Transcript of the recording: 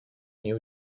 new